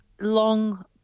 long